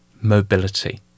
mobility